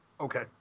Okay